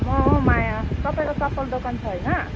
म हौ माया तपाईँको चप्पल दोकान छ होइन